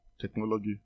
technology